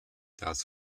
das